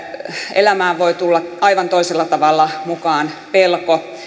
elämään voi tulla aivan toisella tavalla mukaan pelko